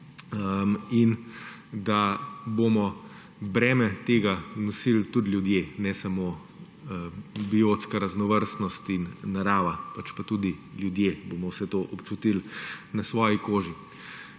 in da bomo breme tega nosili tudi ljudje, ne samo biotska raznovrstnost in narava, tudi ljudje bomo vse to občutili na svoji koži.